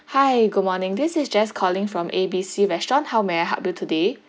hi good morning this is jess calling from A B C restaurant how may I help you today